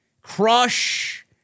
Crush